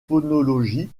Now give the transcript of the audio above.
phonologie